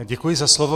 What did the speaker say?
Děkuji za slovo.